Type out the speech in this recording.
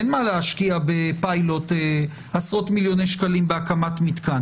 אין מה להשקיע בפילוט עשרות מיליוני שקלים בהקמת מתקן.